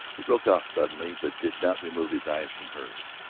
he broke off suddenly, but did not remove his eyes from hers.